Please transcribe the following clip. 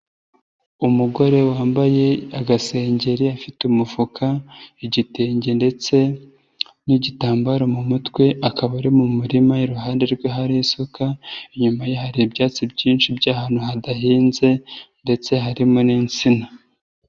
Umugore wambaye agasengeri afite umufuka, igitenge ndetse n'igitambaro mu mutwe, akaba ari mu murima iruhande rwe hari isuka, inyuma hari ibyatsi byinshi biri ahantu hadahinze ndetse harimo n'insina.